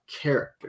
character